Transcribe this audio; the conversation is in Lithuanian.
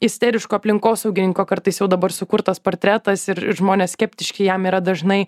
isteriško aplinkosaugininko kartais jau dabar sukurtas portretas ir žmonės skeptiški jam yra dažnai